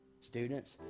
Students